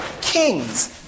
kings